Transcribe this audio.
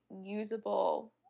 usable